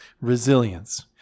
Resilience